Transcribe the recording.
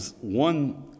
one